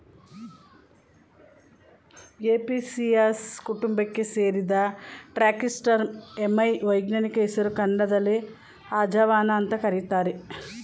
Apiaceae ಕುಟುಂಬಕ್ಕೆ ಸೇರಿದ Trachyspermum ammi ವೈಜ್ಞಾನಿಕ ಹೆಸರು ಕನ್ನಡದಲ್ಲಿ ಅಜವಾನ ಅಂತ ಕರೀತಾರೆ